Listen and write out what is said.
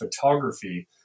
photography